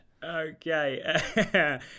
Okay